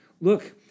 look